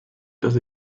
dass